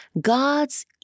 God's